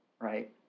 right